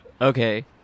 okay